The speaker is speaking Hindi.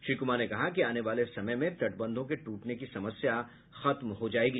श्री कुमार ने कहा कि आने वाले समय में तटबंधों के टूटने की समस्या खत्म हो जायेगी